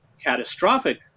catastrophic